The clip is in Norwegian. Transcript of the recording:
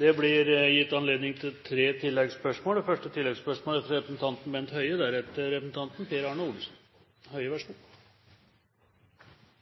Det blir gitt anledning til tre oppfølgingsspørsmål – først Bent Høie. Erfaringer fra